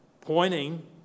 pointing